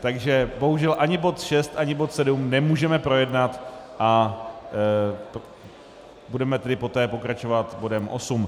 Takže bohužel ani bod 6 ani bod 7 nemůžeme projednat, a budeme tedy poté pokračovat bodem 8.